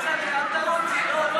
שירות ביטחון (תיקון,